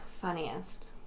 Funniest